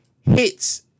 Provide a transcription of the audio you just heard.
hits